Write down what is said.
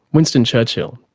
winston churchill,